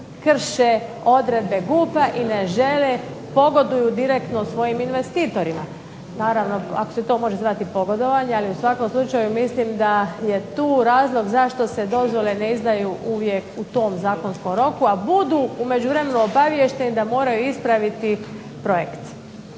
krše odredbe GUP-a i ne žele pogoduju direktno svojim investitorima. Naravno, ako se to može zvati pogodovanje, ali u svakom slučaju mislim da je tu razlog zašto se dozvole ne izdaju u tom zakonskom roku, a budu u međuvremenu obaviješteni da moraju ispraviti projekt.